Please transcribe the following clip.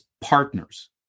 partners